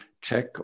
check